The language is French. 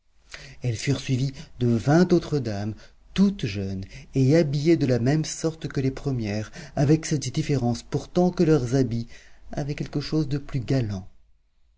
elles furent suivies de vingt autres dames toutes jeunes et habillées de la même sorte que les premières avec cette différence pourtant que leurs habits avaient quelque chose de plus galant